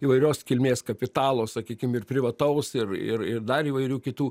įvairios kilmės kapitalo sakykim ir privataus ir ir ir dar įvairių kitų